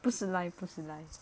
不是 live 不是 live